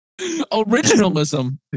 originalism